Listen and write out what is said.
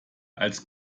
als